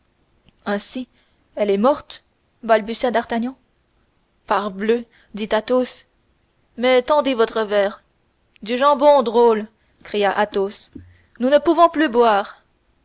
ainsi elle est morte balbutia d'artagnan parbleu dit athos mais tendez votre verre du jambon drôle cria athos nous ne pouvons plus boire